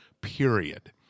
Period